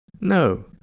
No